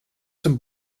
some